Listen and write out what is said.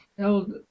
held